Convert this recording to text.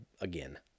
again